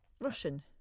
Russian